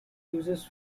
uses